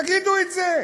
תגידו את זה.